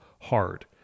hard